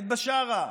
את בשארה,